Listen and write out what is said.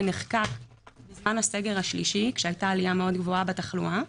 נחקק בזמן הסגר השלישי כשהיתה עלייה מאוד גבוהה בתחלואה.